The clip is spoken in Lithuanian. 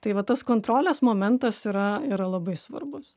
tai va tas kontrolės momentas yra yra labai svarbus